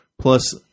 Plus